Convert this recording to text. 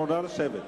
נא לשבת.